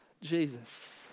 Jesus